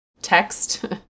text